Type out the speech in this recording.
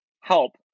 help